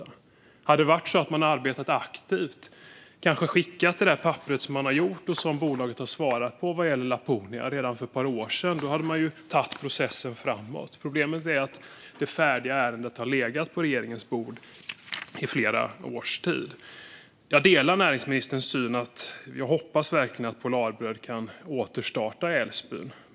Om man redan för ett par år sedan hade arbetat aktivt och kanske skickat det papper om Laponia som man har skrivit och som bolaget nu har svarat på hade man kunnat föra processen framåt. Problemet är att det färdiga ärendet har legat på regeringens bord i flera års tid. Jag delar näringsministerns syn och förhoppning om att Polarbröd kan återstarta i Älvsbyn.